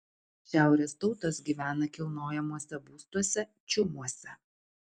šiaurės tautos gyvena kilnojamuose būstuose čiumuose